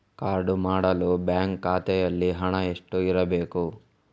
Card ಮಾಡಲು bank ಖಾತೆಯಲ್ಲಿ ಹಣ ಎಷ್ಟು ಇರಬೇಕು?